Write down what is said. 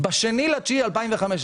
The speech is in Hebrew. ב-02.09.2015.